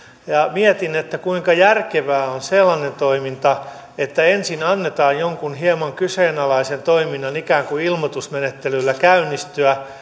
mietin kuinka järkevää on sellainen toiminta että ensin annetaan jonkun hieman kyseenalaisen toiminnan ikään kuin ilmoitusmenettelyllä käynnistyä